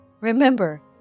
Remember